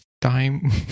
time